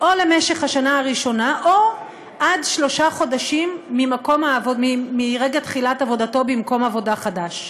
למשך השנה או עד שלושה חודשים מרגע תחילת עבודתו במקום עבודה חדש.